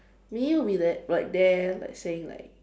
Mei-Yi will be like like there saying like